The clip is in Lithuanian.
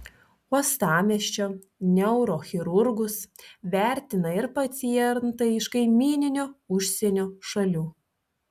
uostamiesčio neurochirurgus vertina ir pacientai iš kaimyninių užsienio šalių